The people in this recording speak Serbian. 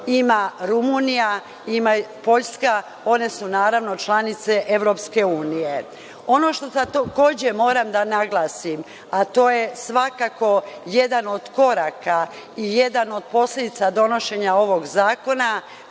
ima Rumunija, ima Poljska. One su naravno članice EU.Ono što takođe moram da naglasim, a to je svakako jedan od koraka i jedna od posledica donošenja ovog zakona,